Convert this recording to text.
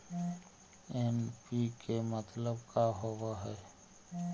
NPK मतलब का होव हइ?